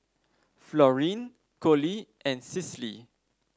Florene Collie and Cicely